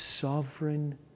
sovereign